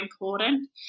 important